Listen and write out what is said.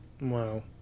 Wow